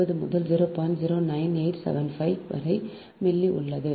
0987 வரை மில்லி உள்ளது